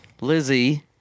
Lizzie